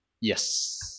Yes